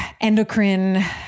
endocrine